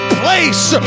place